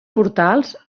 portals